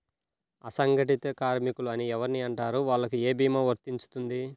అసంగటిత కార్మికులు అని ఎవరిని అంటారు? వాళ్లకు ఏ భీమా వర్తించుతుంది?